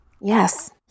Yes